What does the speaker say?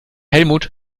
helmut